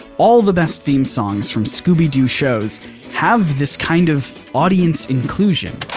all the best theme songs from scooby-doo shows have this kind of audience inclusion.